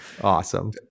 awesome